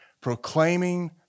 proclaiming